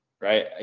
Right